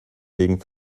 wegen